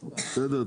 בסדר.